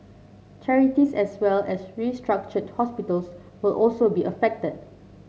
charities as well as restructured hospitals will also be affected